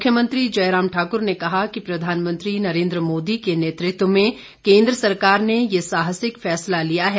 मुख्यमंत्री जयराम ठाकुर ने कहा कि प्रधानमंत्री नरेन्द्र मोदी के नेतृत्व में केन्द्र सरकार ने ये साहसिक फैसला लिया है